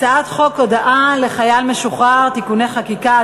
הצעת חוק הודעה לחייל המשוחרר (תיקוני חקיקה),